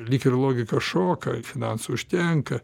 lyg ir logika šoka finansų užtenka